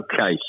Okay